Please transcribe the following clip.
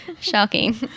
Shocking